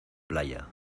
playa